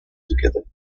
together